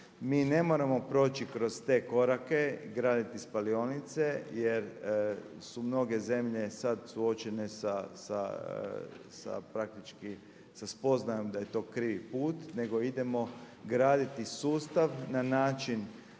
Mi ne moramo proći kroz te korake, graditi spalionice jer su mnoge zemlje sad suočene sa praktički sa spoznajom da je to krivi put, nego idemo graditi sustav na način